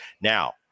Now